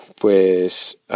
pues